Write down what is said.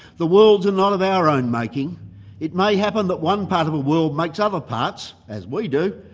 the worlds are not of our own making it may happen that one part of a world makes other parts, as we do,